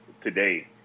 today